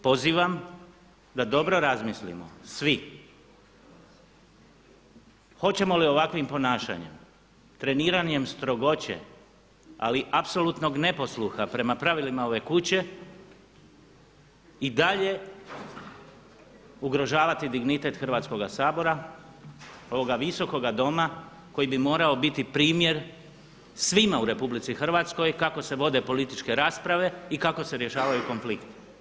Pozivam da dobro razmislimo svi hoćemo li ovakvim ponašanjem treniranjem strogoće ali apsolutnog neposluha prema pravilima ove kuće i dalje ugrožavati dignitet Hrvatskoga sabora, ovoga visokoga Doma koji bi morao biti primjer svima u RH kako se vode političke rasprave i kako se rješavaju konflikti.